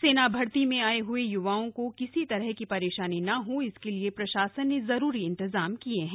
सेना भर्ती में आए हए युवाओं को किसी तरह की परेशानी न हो इसके लिए प्रशासन ने जरूरी इंतजाम किए हैं